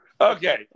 Okay